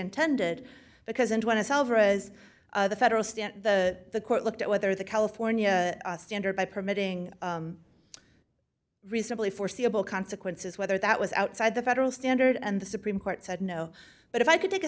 intended because and when it's over as the federal state and the court looked at whether the california standard by permitting recently foreseeable consequences whether that was outside the federal standard and the supreme court said no but if i could take a